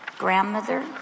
grandmother